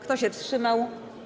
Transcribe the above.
Kto się wstrzymał?